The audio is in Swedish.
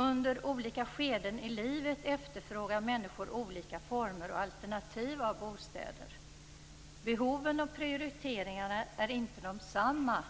Under olika skeden i livet efterfrågar människor olika former och alternativ av bostäder. Behoven och prioriteringarna är inte desamma